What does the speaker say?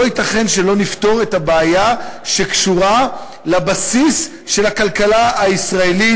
לא ייתכן שלא נפתור את הבעיה שקשורה לבסיס של הכלכלה הישראלית,